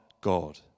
God